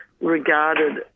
regarded